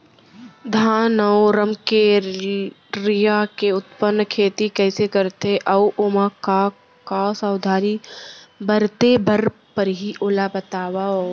धान अऊ रमकेरिया के उन्नत खेती कइसे करथे अऊ ओमा का का सावधानी बरते बर परहि ओला बतावव?